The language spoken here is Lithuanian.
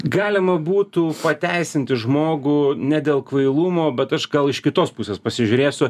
galima būtų pateisinti žmogų ne dėl kvailumo bet aš gal iš kitos pusės pasižiūrėsiu